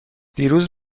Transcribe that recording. دیروز